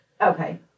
Okay